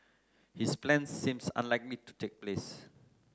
his plans seem unlikely to take place